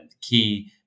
key